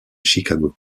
chicago